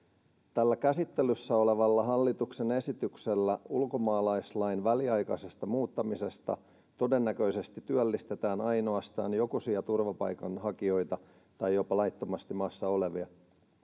tällä käsittelyssä olevalla hallituksen esityksellä ulkomaalaislain väliaikaisesta muuttamisesta todennäköisesti työllistetään ainoastaan jokusia turvapaikanhakijoita tai jopa laittomasti maassa olevia